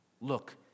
look